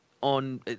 on